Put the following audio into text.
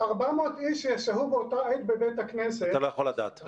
400 איש ששהו באותה עת בבית הכנסת רק --- אתה לא יכול לדעת.